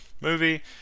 movie